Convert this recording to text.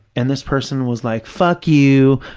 and this person was like, fuck you,